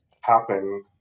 happen